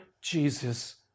Jesus